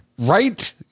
Right